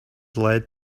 led